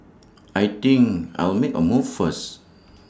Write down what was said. I think I'll make A move first